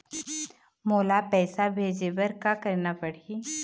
मोला पैसा भेजे बर का करना पड़ही?